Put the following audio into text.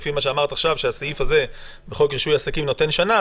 לפי מה שאמרת עכשיו שהסעיף הזה בחוק רישוי עסקים נותן שנה,